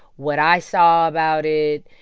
what i saw about it,